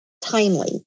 timely